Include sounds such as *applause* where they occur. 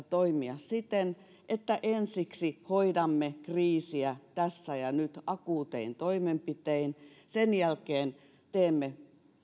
*unintelligible* toimia siten että ensiksi hoidamme kriisiä tässä ja nyt akuutein toimenpitein sen jälkeen teemme